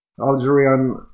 algerian